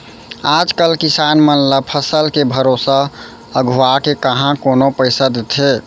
आज कल किसान मन ल फसल के भरोसा अघुवाके काँहा कोनो पइसा देथे